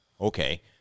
okay